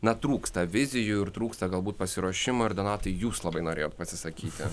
na trūksta vizijų ir trūksta galbūt pasiruošimo ir donatai jūs labai norėjot pasisakyti